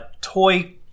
toy